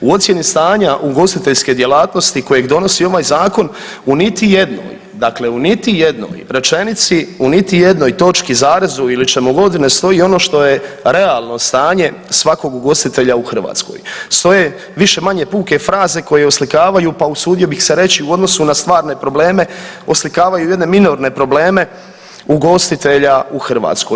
U ocjeni stanja ugostiteljske djelatnosti kojeg donosi ovaj zakon u niti jednoj, dakle u niti jednoj rečenici, u niti jednoj točki, zarezu ili čemu god ne stoji ono što je realno stanje svakog ugostitelja u Hrvatskoj, stoje više-manje puke fraze koje oslikavaju, pa usudio bih se reći u odnosu na stvarne probleme oslikavaju jedne minorne probleme ugostitelja u Hrvatskoj.